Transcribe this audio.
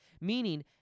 meaning